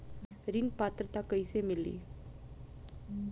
ऋण पात्रता कइसे मिली?